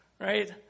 Right